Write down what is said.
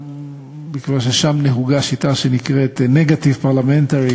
מכיוון ששם נהוגה שיטה שנקראת negative parliamentary,